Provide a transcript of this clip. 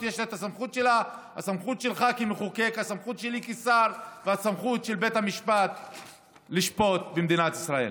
כי זאת הסמכות הבלעדית של בית המשפט במדינת ישראל,